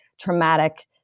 traumatic